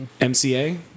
MCA